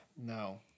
No